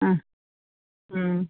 ആ മ്മ്